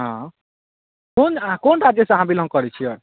हँ कोन कोन राज्य सँ अहाँ बिलोङ्ग करै छियै